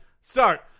start